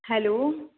hello